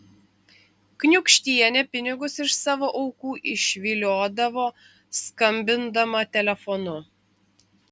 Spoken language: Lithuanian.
kniūkštienė pinigus iš savo aukų išviliodavo skambindama telefonu